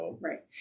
Right